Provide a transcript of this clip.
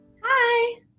hi